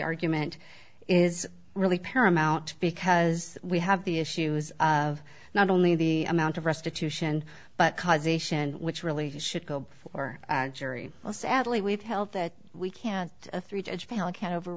argument is really paramount because we have the issues of not only the amount of restitution but causation which really should go before a jury well sadly we've held that we can a three